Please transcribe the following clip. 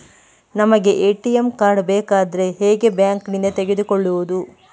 ನಮಗೆ ATM card ಬೇಕಾದ್ರೆ ಹೇಗೆ ಬ್ಯಾಂಕ್ ನಿಂದ ತೆಗೆದುಕೊಳ್ಳುವುದು?